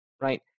right